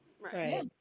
Right